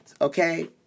okay